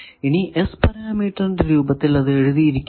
ഇനി S പരാമീറ്ററിന്റെ രൂപത്തിൽ അത് എഴുതിയിരിക്കുന്നു